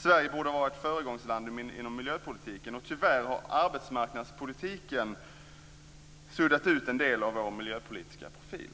Sverige borde vara ett föregångsland inom miljöpolitiken. Tyvärr har arbetsmarknadspolitiken suddat ut en del av vår miljöpolitiska profil.